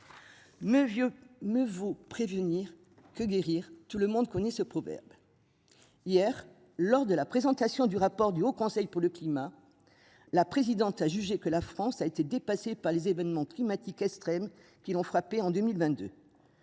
Mieux vaut prévenir que guérir. Tout le monde connaît ce proverbe. Hier, lors de la présentation du rapport du Haut Conseil pour le climat. La présidente a jugé que la France a été dépassée par les événements climatiques extrêmes qui l'ont frappé en 2022.